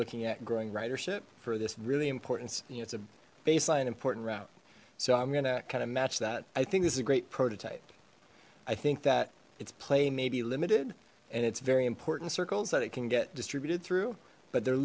looking at growing ridership for this really important it's a baseline important route so i'm gonna kind of match that i think this is a great prototype i think that it's play may be limited and it's very important circles that it can get distributed through but they're